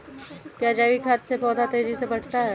क्या जैविक खाद से पौधा तेजी से बढ़ता है?